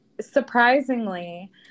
surprisingly